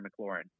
McLaurin